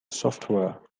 software